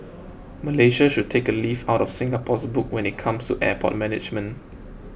Malaysia should take a leaf out of Singapore's book when it comes to airport management